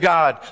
God